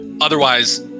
otherwise